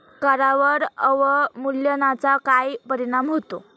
करांवर अवमूल्यनाचा काय परिणाम होतो?